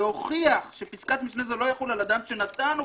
להוכיח שפסקת משנה זו לא תחול על אדם שנתן או